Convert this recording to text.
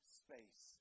space